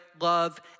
love